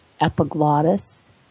epiglottis